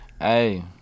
Hey